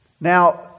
Now